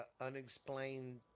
unexplained